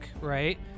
right